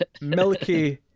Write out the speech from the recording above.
milky